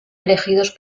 elegidos